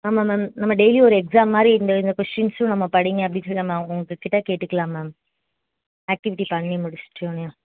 ஆமாம் மேம் நம்ம டெயிலியும் ஒரு எக்ஸாம் மாதிரி இந்த இந்த கொஷ்ன்ஸெலாம் நம்ம படிங்க அப்டின்னு சொல்லி நம்ம அவங்கக்கிட்ட கேட்டுக்கலாம் மேம் ஆக்ட்டிவிட்டி பண்ணி முடிச்சுட்டோன்னு